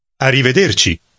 Arrivederci